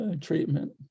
treatment